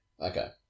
Okay